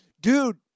Dude